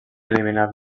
eliminar